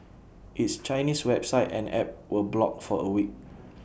its Chinese website and app were blocked for A week